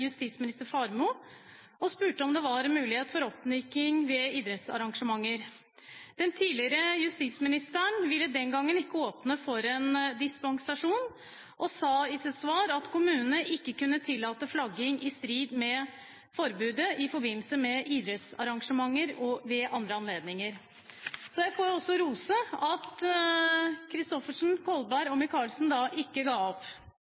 justisminister Faremo og om det var mulighet for oppmyking ved idrettsarrangementer. Den tidligere justisministeren ville den gangen ikke åpne for en dispensasjon og sa i sitt svar at kommunene ikke kunne tillate flagging i strid med forbudet i forbindelse med idrettsarrangementer og ved andre anledninger. Jeg får også rose det at representantene Christoffersen, Kolberg og Micaelsen ikke ga opp.